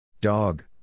Dog